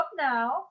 now